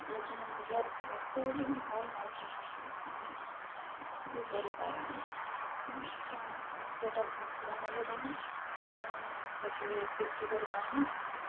ଲେକିନ୍ ନିଜର ସ୍ୱାସ୍ଥ୍ୟ ଯଦି ଭଲ୍ ନାଇଁ ଥିଲା ତ ଆମେ କିଛି ବି କରିପାରୁନି ତ ଆମ ସ୍ୱାସ୍ଥ୍ୟଟା ଭଲ୍ ଥିବା ଗଲେ କ'ଣ ଆମେ ସବୁକିଛି କରିପାର୍ମା